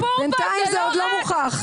בינתיים זה עוד לא מוכח.